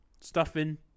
stuffing